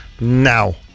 now